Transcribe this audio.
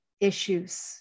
issues